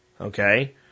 okay